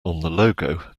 logo